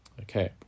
Okay